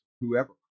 Whoever